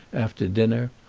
after dinner.